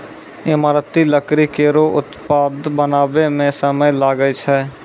ईमारती लकड़ी केरो उत्पाद बनावै म समय लागै छै